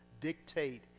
dictate